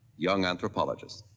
young anthropologist.